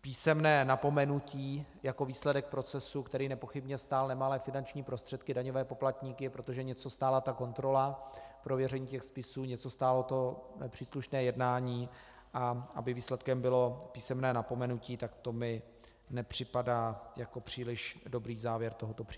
písemné napomenutí jako výsledek procesu, který nepochybně stál nemalé finanční prostředky daňové poplatníky, protože něco stála ta kontrola, prověření spisů, něco stálo to příslušné jednání, a aby výsledkem bylo písemné napomenutí, tak to mi nepřipadá jako příliš dobrý závěr tohoto příběhu.